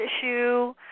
issue